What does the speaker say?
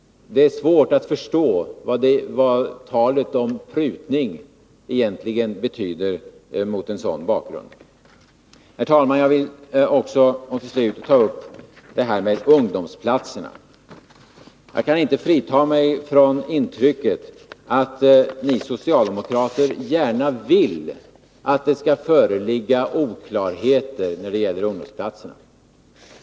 Det är svårt att förstå vad talet om prutning egentligen betyder mot en sådan bakgrund. Herr talman! Jag vill till slut också ta upp ungdomsplatserna. Jag kan inte frigöra mig från intrycket att ni socialdemokrater gärna vill att det skall föreligga oklarheter när det gäller ungdomsplatserna.